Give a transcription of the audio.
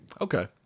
Okay